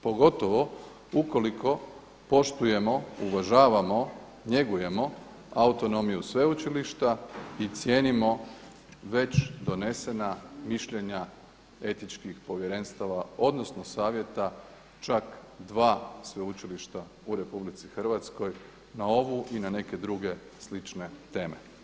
Pogotovo, ukoliko poštujemo uvažavamo, njegujemo autonomiju sveučilišta i cijenimo već donesena mišljenja etičkih povjerenstava odnosno savjeta čak dva sveučilišta u RH na ovu i na neke druge slične teme.